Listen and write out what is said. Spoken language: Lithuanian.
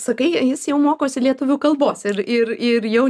sakai jis jau mokosi lietuvių kalbos ir ir ir jau